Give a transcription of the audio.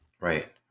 Right